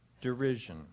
derision